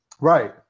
Right